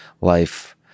life